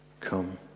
Come